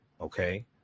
Okay